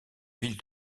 ville